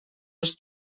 his